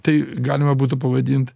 tai galima būtų pavadint